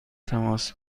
تماس